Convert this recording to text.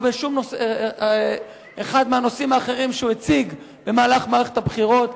בשום נושא מהנושאים האחרים שהוא הציג במהלך מערכת הבחירות.